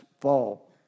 fall